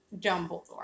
Dumbledore